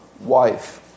wife